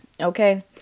okay